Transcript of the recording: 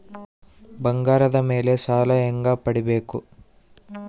ಬಂಗಾರದ ಮೇಲೆ ಸಾಲ ಹೆಂಗ ಪಡಿಬೇಕು?